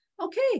okay